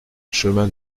chemin